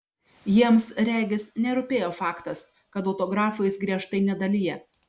jiems regis nerūpėjo faktas kad autografų jis griežtai nedalija